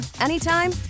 anytime